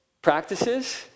Practices